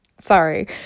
Sorry